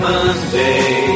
Monday